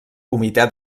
comitè